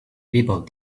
people